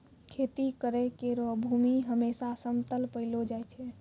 खेती करै केरो भूमि हमेसा समतल पैलो जाय छै